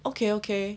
okay okay